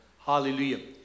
Hallelujah